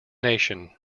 nation